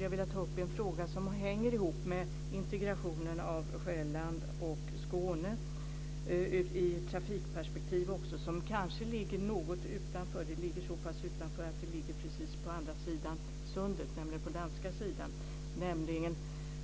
Jag vill ta upp en fråga som hänger ihop med integrationen av Sjælland och Skåne i ett trafikperspektiv. Den kanske ligger utanför, i den meningen att den ligger på den danska sidan av sundet. Jag talar om